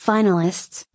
Finalists